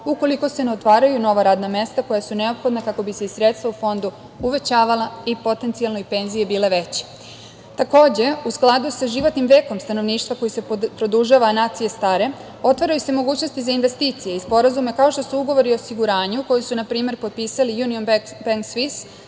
ukoliko se ne otvaraju nova radna mesta koja su neophodna kako bi se i sredstva u Fondu uvećavala i potencijalno i penzije bile veće. Takođe, u skladu sa životnim vekom stanovništva, koji se produžava, a nacije stare, otvaraju se mogućnosti za investicije i sporazume, kao što su ugovori o osiguranju koji su, na primer, potpisali „Union Bank of